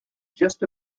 just